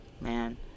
man